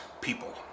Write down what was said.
people